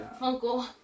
Uncle